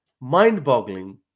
mind-boggling